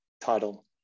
title